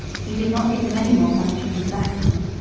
he did not give him any more punishment of that kind,